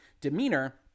demeanor